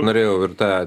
norėjau ir tą